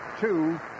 two